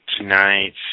tonight